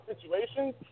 situations